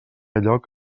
lloc